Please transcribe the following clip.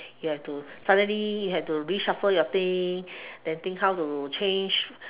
you have to suddenly you have to reshuffle your thing then think how to change